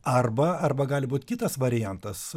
arba arba gali būt kitas variantas